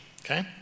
okay